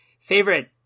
favorite